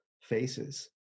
faces